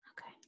Okay